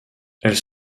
elles